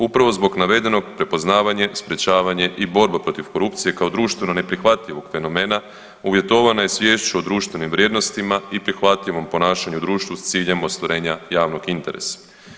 Upravo zbog navedenog prepoznavanje, sprečavanje i borba protiv korupcije kao društveno neprihvatljivog fenomena uvjetovana je sviješću o društvenim vrijednostima i prihvatljivom ponašanju u društvu s ciljem ostvarenja javnog interesa.